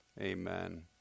amen